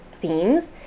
themes